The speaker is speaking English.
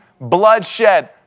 bloodshed